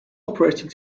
operating